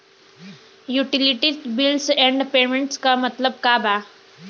Utility bills and payments क मतलब का बा?